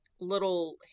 little